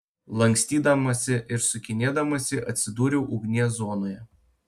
lankstydamasi ir sukinėdamasi atsidūriau ugnies zonoje